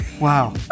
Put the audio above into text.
Wow